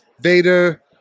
Vader